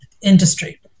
industry